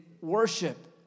worship